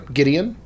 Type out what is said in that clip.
Gideon